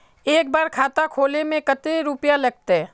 एक बार खाता खोले में कते रुपया लगते?